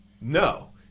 No